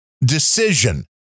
decision